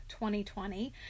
2020